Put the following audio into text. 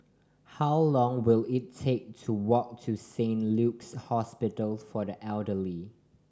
how long will it take to walk to Saint Luke's Hospital for the Elderly